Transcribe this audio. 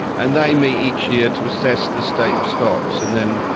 and they meet each year to assess the state of stocks. and then,